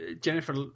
Jennifer